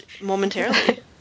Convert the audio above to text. momentarily